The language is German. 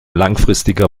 langfristiger